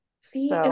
see